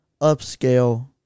upscale